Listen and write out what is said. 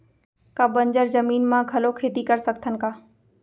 का बंजर जमीन म घलो खेती कर सकथन का?